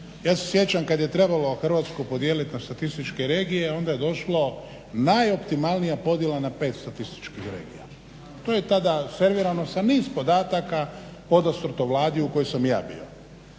Ja se sjećam kad je trebalo Hrvatsku podijeliti na statističke regije onda je došlo najoptimalnija podjela na 5 statističkih regija. To je tada servirano sa niz podataka podastrto Vladi u kojoj sam i ja bio,